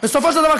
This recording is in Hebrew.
בסופו של דבר,